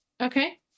Okay